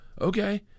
Okay